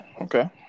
okay